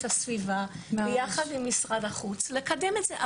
הסביבה יחד עם משרד החוץ לקדם את זה.